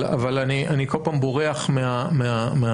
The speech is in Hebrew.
אבל אני כל פעם בורח מהפיצוח.